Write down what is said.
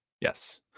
Yes